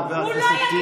חבר הכנסת טיבי.